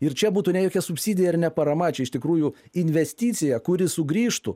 ir čia būtų ne jokia subsidija ir ne parama čia iš tikrųjų investicija kuri sugrįžtų